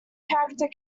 character